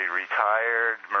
retired